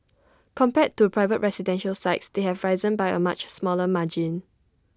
compared to private residential sites they have risen by A much smaller margin